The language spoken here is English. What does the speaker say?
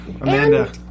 Amanda